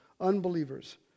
Unbelievers